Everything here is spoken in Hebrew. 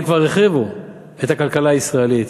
הם כבר החריבו את הכלכלה הישראלית.